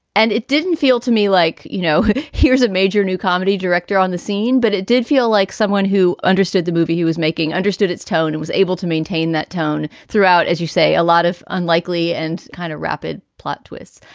and it didn't feel to me like, you know, here's a major new comedy director on the scene, but it did feel like someone who understood the movie he was making understood its tone and was able to maintain that tone throughout. as you say, a lot of unlikely and kind of rapid plot twists.